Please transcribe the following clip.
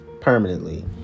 Permanently